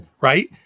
right